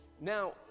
Now